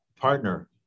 partner